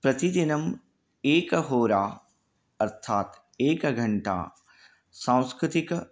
प्रतिदिनम् एकहोरा अर्थात् एकघण्टा सांस्कृतिकम्